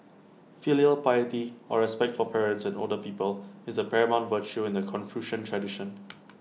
filial piety or respect for parents and older people is A paramount virtue in the Confucian tradition